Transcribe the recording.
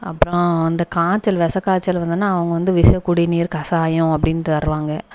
அப்புறோம் அந்த காய்ச்சல் விச காய்ச்சல் வந்ததுன்னா அவங்க வந்து விஷ குடிநீர் கசாயம் அப்படின்னு தருவாங்க